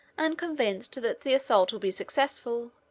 and convinced that the assault will be successful,